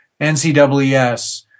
NCWS